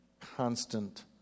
constant